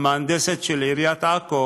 המהנדסת של עיריית עכו